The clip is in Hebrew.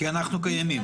כי אנחנו קיימים.